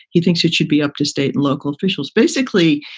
he thinks it should be up to state and local officials. basically,